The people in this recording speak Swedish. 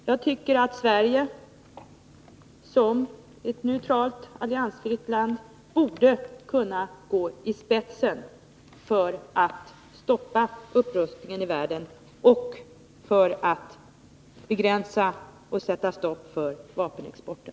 Jag tycker att Sverige, som ett neutralt, alliansfritt land, borde gå i spetsen för att stoppa upprustningen i världen och för att begränsa och sätta stopp för vapenexporten.